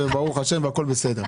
וברוך השם הכל בסדר,